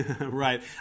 Right